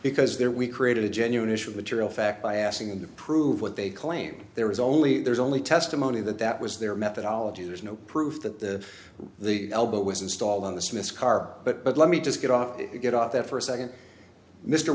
because there we created a genuine issue of material fact by asking them to prove what they claim there was only there is only testimony that that was their methodology there's no proof that the the elbow was installed on the smith's car but let me just get off if you get off that for a second mr